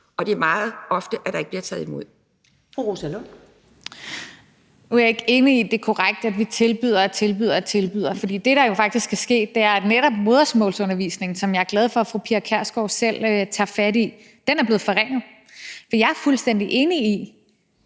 (Karen Ellemann): Fru Rosa Lund. Kl. 10:48 Rosa Lund (EL): Nu er jeg ikke enig i, at det er korrekt, at vi tilbyder og tilbyder, for det, der jo faktisk er sket, er, at netop modersmålsundervisning, som jeg er glad for fru Pia Kjærsgaard selv tager fat i, er blevet forringet. Jeg er fuldstændig enig i,